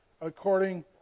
according